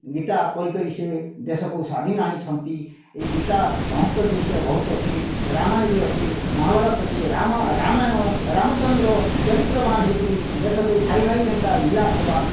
ଗୀତା ପଢ଼ି କରି ସେ ଦେଶକୁ ସ୍ଵାଧୀନ ଆଣିଛନ୍ତି ଏହି ଗୀତା ମହତ୍ତ୍ଵ ଜିନିଷ ବହୁତ ଅଛି ରାମାୟଣରେ ବି ଅଛି ମହାଭାରତରେ ଅଛି ରାମ ରାମାୟଣ ରାମଚନ୍ଦ୍ର ଚରିତ୍ରବାନ ହେଇ କରି ଦେଶକେ ଭାଇ ଭାଇ କେନ୍ତା ମିଲାପ ହେବା